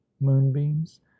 moonbeams